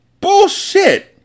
Bullshit